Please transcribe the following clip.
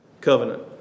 covenant